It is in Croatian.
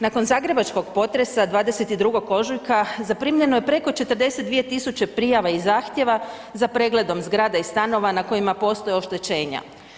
Nakon zagrebačkog potresa 22. ožujka zaprimljeno je preko 42 000 prijava i zahtjeva za pregledom zgrada i stanova na kojima postoje oštećenja.